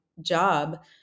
job